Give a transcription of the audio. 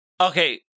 Okay